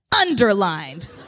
Underlined